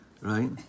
right